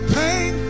pain